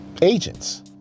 agents